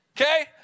okay